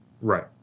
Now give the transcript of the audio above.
Right